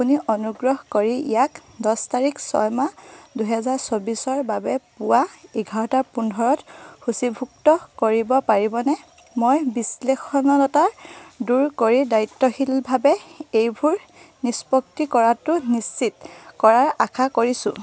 আপুনি অনুগ্ৰহ কৰি ইয়াক দহ তাৰিখ ছয় মাহ দুহেজাৰ চৌবিছৰ বাবে পুৱা এঘাৰটা পোন্ধৰত সূচীভুক্ত কৰিব পাৰিবনে মই বিশৃংখলতা দূৰ কৰি দায়িত্বশীলভাৱে এইবোৰ নিষ্পত্তি কৰাটো নিশ্চিত কৰাৰ আশা কৰিছোঁ